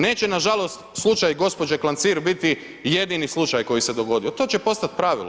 Neće nažalost slučaju gđe. Klancir biti jedini slučaj koji se dogodio, to će postat pravilo.